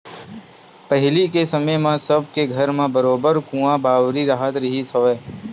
पहिली के समे म सब के घर म बरोबर कुँआ बावली राहत रिहिस हवय